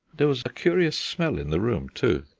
there was a curious smell in the room, too,